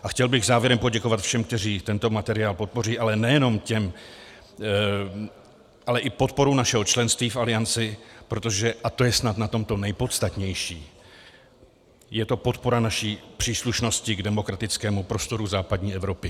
A chtěl bych závěrem poděkovat všem, kteří tento materiál podpoří, ale nejenom těm, ale i podporu našeho členství v Alianci, protože a to je snad na tom to nejpodstatnější je to podpora naší příslušnosti k demokratickému prostoru západní Evropy.